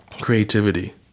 creativity